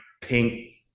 pink